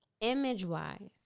Image-wise